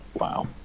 wow